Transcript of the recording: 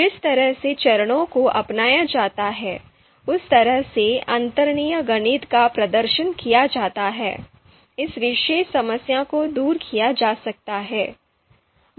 जिस तरह से चरणों को अपनाया जाता है उस तरह से अंतर्निहित गणित का प्रदर्शन किया जाता है इस विशेष समस्या को दूर किया जा सकता है